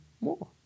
more